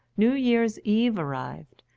new year's eve arrived,